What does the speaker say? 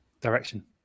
direction